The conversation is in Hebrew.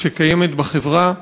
שקיימת בחברה,